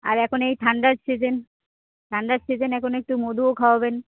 আর এখন এই ঠান্ডার সিজন ঠান্ডার সিজন এখন একটু মধুও খাওয়াবেন